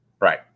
Right